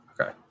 okay